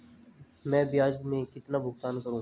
मैं ब्याज में कितना भुगतान करूंगा?